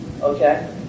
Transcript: Okay